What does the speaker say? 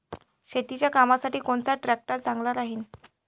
शेतीच्या कामासाठी कोनचा ट्रॅक्टर चांगला राहीन?